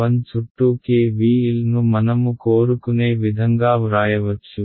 1 చుట్టూ KVL ను మనము కోరుకునే విధంగా వ్రాయవచ్చు